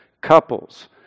couples